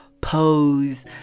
pose